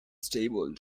stable